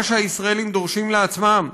מה שהישראלים דורשים לעצמם,